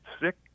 sick